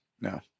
No